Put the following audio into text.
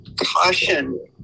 caution